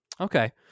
Okay